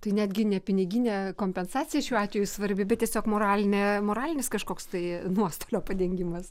tai netgi ne piniginė kompensacija šiuo atveju svarbi bet tiesiog moralinė moralinis kažkoks tai nuostolio padengimas